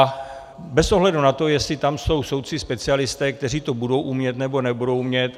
A bez ohledu na to, jestli tam jsou soudci specialisté, kteří to budou umět, nebo nebudou umět.